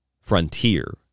frontier